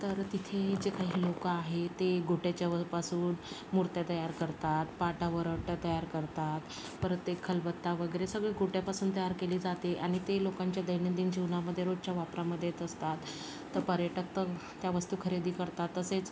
तर तिथे जे काही लोकं आहे ते गोट्याच्या वरपासून मूर्त्या तयार करतात पाटा वरवंटा तयार करतात परत ते खलबत्ता वगैरे सगळं गोट्यापासून तयार केले जाते आणि ते लोकांच्या दैनंदिन जीवनामध्ये रोजच्या वापरामध्ये असतात तर पर्यटक तर त्या वस्तू खरेदी करतात तसेच